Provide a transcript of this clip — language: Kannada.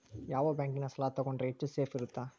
ಯಾವ ಬ್ಯಾಂಕಿನ ಸಾಲ ತಗೊಂಡ್ರೆ ಹೆಚ್ಚು ಸೇಫ್ ಇರುತ್ತಾ?